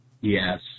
Yes